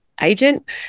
agent